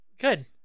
Good